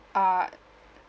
err